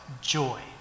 joy